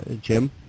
Jim